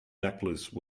necklace